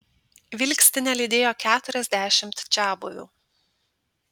vilkstinę lydėjo keturiasdešimt čiabuvių